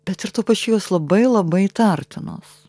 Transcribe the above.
bet ir tuo pačiu jos labai labai įtartinos